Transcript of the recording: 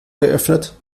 geöffnet